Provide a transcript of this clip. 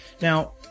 Now